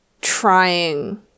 trying